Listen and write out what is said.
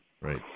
Right